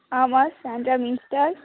ஆமாம் சாண்ட்ரா மீன் ஸ்டால்